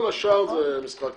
כל השאר זה משחק